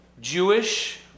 Jewish